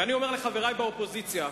ואני אומר לחברי באופוזיציה: